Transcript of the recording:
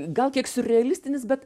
gal kiek siurrealistinis bet